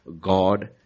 God